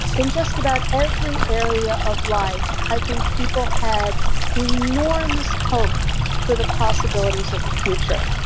in just about every area of life i think people had enormous hope for the possibilities of the future.